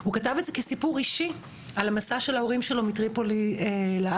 הוא כתב את זה כסיפור אישי על המסע של ההורים שלו מטריפולי לארץ,